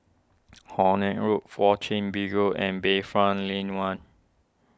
Horne Road Fourth Chin Bee Road and Bayfront Lane one